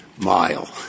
mile